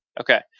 Okay